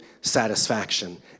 satisfaction